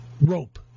rope